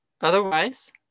otherwise